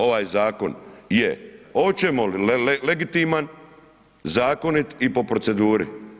Ovaj zakon je, hoćemo li, legitiman, zakonit i po proceduri.